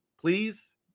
please